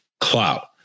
clout